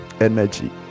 energy